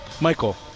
Michael